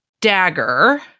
dagger